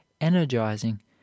energizing